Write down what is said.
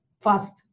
FAST